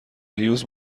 هیوز